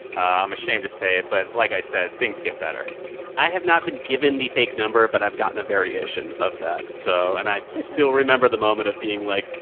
i'm ashamed to say it, but like i said, things get better i have not been given the fake number, but i've gotten a variation of that, so and i still remember the moment of being like,